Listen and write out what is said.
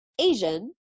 Asian